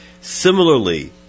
Similarly